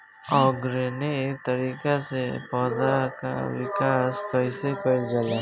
Organic तरीका से पौधा क विकास कइसे कईल जाला?